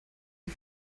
die